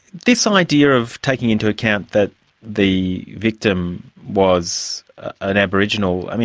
this um idea of taking into account that the victim was an aboriginal,